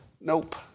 Nope